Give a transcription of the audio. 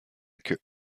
queue